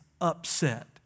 upset